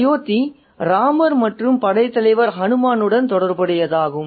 அயோத்தி ராமர் மற்றும் படைத்தலைவர் அனுமனுடன் தொடர்புடையதாகும்